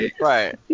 Right